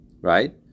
right